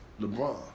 LeBron